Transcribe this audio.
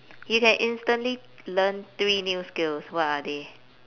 you can instantly learn three new skills what are they